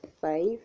five